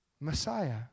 Messiah